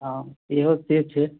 हँ ई होइते छै